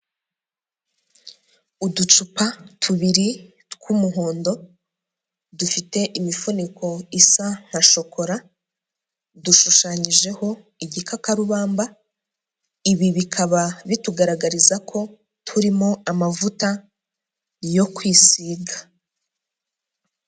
Uducupa tubiri tw'umuhondo dufite imifuniko isa nka shokora, dushushanyijeho igikakarubamba, ibi bikaba bitugaragariza ko turimo amavuta yo kwisiga.